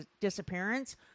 disappearance